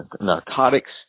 narcotics